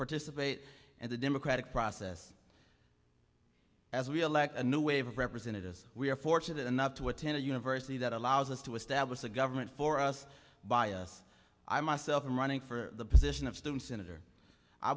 participate in the democratic process as we elect a new wave of representatives we are fortunate enough to attend a university that allows us to establish the government for us bias i myself am running for the position of students in it or i